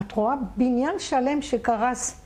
את רואה בניין שלם שקרס